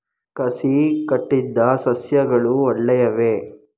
ಕಸಿ ಕಟ್ಟಿದ ಸಸ್ಯಗಳು ಒಳ್ಳೆಯವೇ?